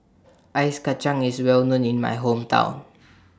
Ice Kachang IS Well known in My Hometown